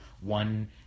one